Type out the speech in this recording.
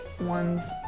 one's